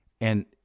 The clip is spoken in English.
And-